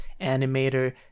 animator